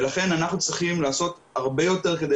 לכן אנחנו צריכים לעשות הרבה יותר כדי